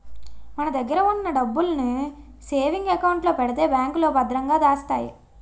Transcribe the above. మన దగ్గర ఉన్న డబ్బుల్ని సేవింగ్ అకౌంట్ లో పెడితే బ్యాంకులో భద్రంగా దాస్తాయి